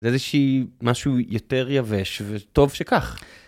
זה איזה שהיא משהו יותר יבש, וטוב שכך.